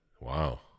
Wow